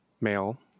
male